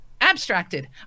abstracted